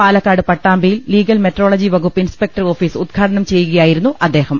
പാലക്കാട് പട്ടാമ്പിയിൽ legal metrology വകുപ്പ് inspector office ഉദ്ഘാടനം ചെയ്യുകയായിരുന്നു അദ്ദേഹം